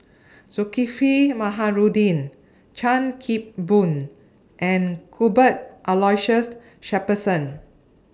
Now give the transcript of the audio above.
Zulkifli Baharudin Chan Kim Boon and Cuthbert Aloysius Shepherdson